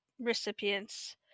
recipients